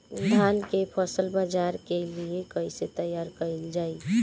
धान के फसल बाजार के लिए कईसे तैयार कइल जाए?